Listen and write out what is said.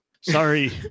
Sorry